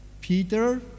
Peter